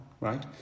right